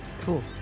Cool